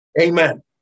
Amen